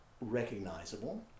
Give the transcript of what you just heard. recognizable